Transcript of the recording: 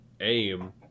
aim